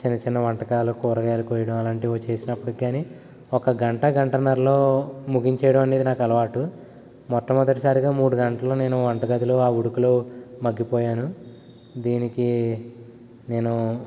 చిన్న చిన్న వంటకాలు కూరగాయలు కోయడం అలాంటివి చేసినప్పుడు కానీ ఒక గంట గంటన్నరలో ముగించేయడం అనేది నాకు అలవాటు మొట్టమొదటిసారిగా మూడు గంటలు నేను వంట గదిలో ఆ ఉడుకలో మగ్గిపోయాను దీనికి నేను